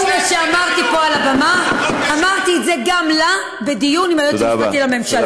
כל מה שאמרתי על הבמה אמרתי גם לה בדיון עם היועץ המשפטי לממשלה.